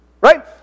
Right